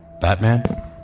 Batman